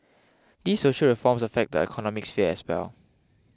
these social reforms affect the economic sphere as well